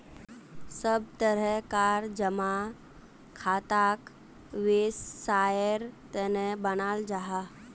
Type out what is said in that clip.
सब तरह कार जमा खाताक वैवसायेर तने बनाल जाहा